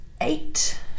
eight